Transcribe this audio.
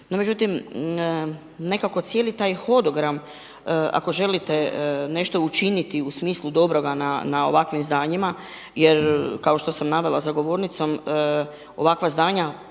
međutim, nekako cijeli taj hodogram, ako želite nešto učiniti u smislu dobroga na ovakvim zdanjima jer kao što sam navela za govornico, ovakva zdanja